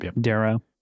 Darrow